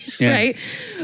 Right